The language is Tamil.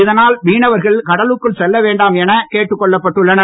இதனால் மீனவர்கள் கடலுக்குள் செல்ல வேண்டாம் எனக் கேட்டுக் கொள்ளப்பட்டு உள்ளனர்